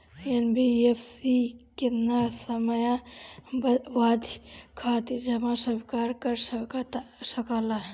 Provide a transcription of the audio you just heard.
NBFC केतना समयावधि खातिर जमा स्वीकार कर सकला?